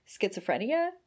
schizophrenia